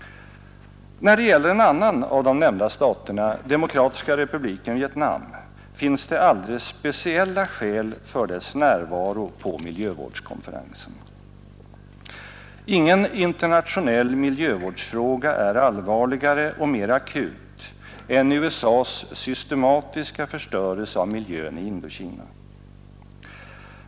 När det gäller en annan av de nämnda staterna, Demokratiska republiken Vietnam, finns det alldeles speciella skäl för dess närvaro på miljövårdskonferensen. Ingen internationell miljövårdsfråga är allvarligare och mer akut än USA:s systematiska förstörelse av miljön i Indokina.